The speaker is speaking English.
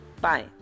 Bye